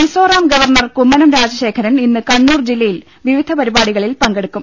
Mizoram governor Kummanam Rajasekharan ഇന്ന് കണ്ണൂർ ജില്ലയിൽ വിവിധ പരിപാടികളിൽ പങ്കെടുക്കും